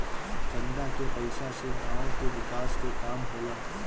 चंदा के पईसा से गांव के विकास के काम होला